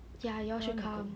ya you all should come